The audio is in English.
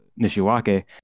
Nishiwake